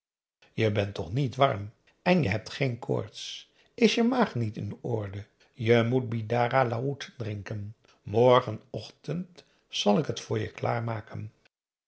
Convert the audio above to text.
je bent toch niet warm en je hebt geen koorts is je maag niet in orde je moet bidara laoet drinken morgen ochtend zal ik het voor je